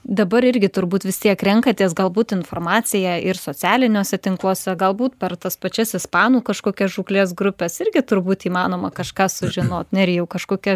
dabar irgi turbūt vis tiek renkatės galbūt informaciją ir socialiniuose tinkluose galbūt per tas pačias ispanų kažkokias žūklės grupes irgi turbūt įmanoma kažką sužinot nerijau kažkokia